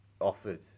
offered